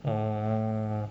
orh